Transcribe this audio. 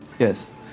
Yes